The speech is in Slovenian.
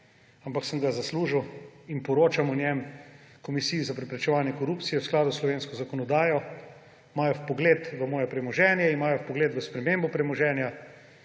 ampak sem ga zaslužil in poročam o njem Komisiji za preprečevanje korupcije, v skladu s slovensko zakonodajo, imajo vpogled v moje premoženje, imajo vpogled v spremembo premoženja